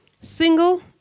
single